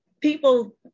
people